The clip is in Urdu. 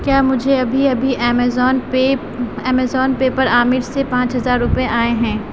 کیا مجھے ابھی ابھی ایمیزون پے ایمیزون پے پر عامر سے پانچ ہزار روپے آئے ہیں